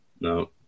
No